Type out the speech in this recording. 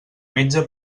metge